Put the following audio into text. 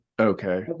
okay